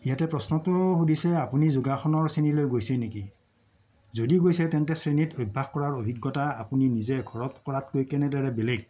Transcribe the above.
ইয়াতে প্ৰশ্নটো সুধিছে আপুনি যোগাসনৰ শ্ৰেণীলৈ গৈছে নেকি যদি গৈছে তেন্তে শ্ৰেণীত অভ্যাস কৰাৰ অভিজ্ঞতা আপুনি নিজে ঘৰত কৰাতকৈ কেনেদৰে বেলেগ